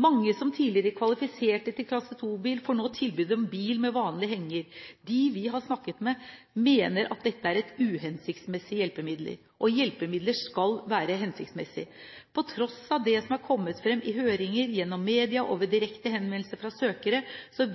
Mange som tidligere var kvalifisert for klasse 2-bil, får nå tilbud om en bil med vanlig henger. Dem vi har snakket med, mener at dette er et uhensiktsmessig hjelpemiddel, og hjelpemidler skal være hensiktsmessige. På tross av det som har kommet fram i høringer, gjennom media og ved direkte henvendelser fra søkere,